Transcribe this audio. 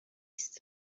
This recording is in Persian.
است